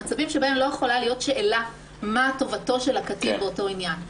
מצבים שבהם לא יכולה להיות שאלה מה טובתו של הקטין באותו עניין.